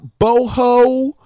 boho